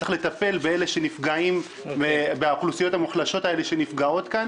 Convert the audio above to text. צריך לטפל באלו שנפגעים באוכלוסיות המוחלשות שנפגעות כאן